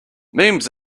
memes